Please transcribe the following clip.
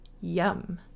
Yum